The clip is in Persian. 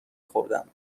خوردم